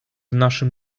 naszym